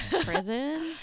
prison